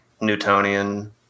Newtonian